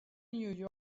new